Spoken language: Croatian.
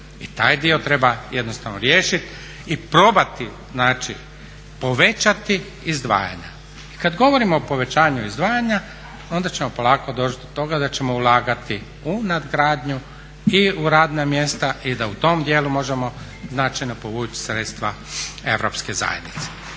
I taj dio treba jednostavno riješiti i probati naći, povećati izdvajanja. I kad govorimo o povećanju izdvajanja onda ćemo polako doći do toga da ćemo ulagati u nadgradnju i u radna mjesta i da u tom dijelu možemo značajno povući sredstva europske zajednice.